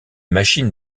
machines